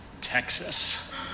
Texas